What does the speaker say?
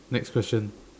next question